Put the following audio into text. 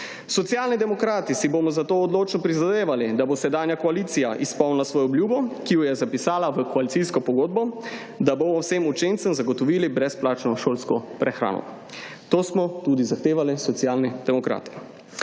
Socialni demokrati si bomo za to odločno prizadevali, da bo sedanja koalicija izpolnila svojo obljubo, ki jo je zapisala v koalicijsko pogodbo, da bomo vsem učencem zagotovili brezplačno šolsko prehrano. To smo tudi zahtevali Socialni demokrati.